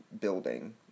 building